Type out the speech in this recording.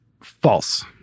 false